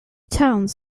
towns